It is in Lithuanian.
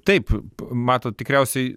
taip matot tikriausiai